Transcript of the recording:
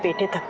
did